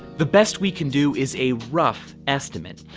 the best we can do is a rough estimate,